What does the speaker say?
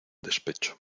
despecho